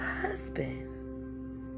husband